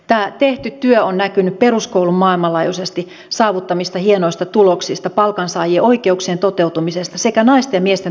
tämä tehty työ on näkynyt peruskoulun maailmanlaajuisesti saavuttamista hienoista tuloksista palkansaajien oikeuksien toteutumisesta sekä naisten ja miesten tasa arvosta